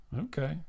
Okay